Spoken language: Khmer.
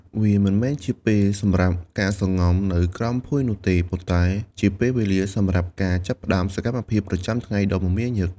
វាមិនមែនជាពេលវេលាសម្រាប់ការសំងំនៅក្រោមភួយនោះទេ ប៉ុន្តែជាពេលវេលាសម្រាប់ការចាប់ផ្តើមសកម្មភាពប្រចាំថ្ងៃដ៏មមាញឹក។